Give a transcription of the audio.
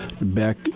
back